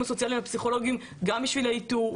הסוציאליים והפסיכולוגים גם בשביל האיתור,